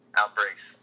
outbreaks